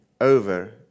over